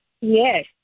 Yes